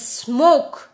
smoke